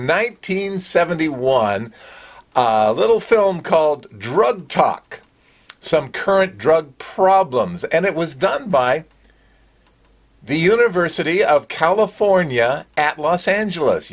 tonight teen seventy one little film called drug talk some current drug problems and it was done by the university of california at los angeles